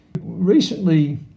Recently